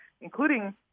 including